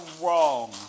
wrong